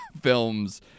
films